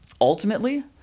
ultimately